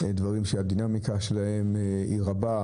דברים שהדינמיקה שלהם רבה,